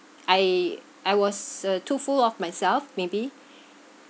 I I was uh too full of myself maybe